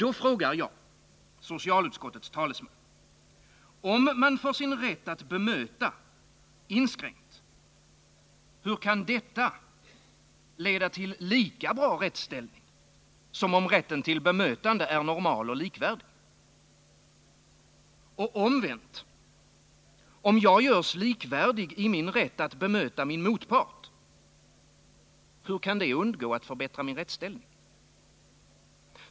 Då frågar jag socialutskottets talesman: Om man får sin rätt att bemöta inskränkt, hur kan detta leda till lika bra rättsställning som om rätten till bemötande är normal och likvärdig? Och omvänt: Om jag görs likvärdig i min rätt att bemöta motparten, hur kan det undgå att förbättra min rättsställning?